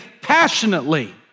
passionately